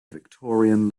victorian